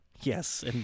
Yes